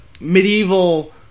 medieval